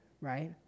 right